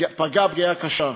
פגע פגיעה קשה.